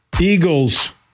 Eagles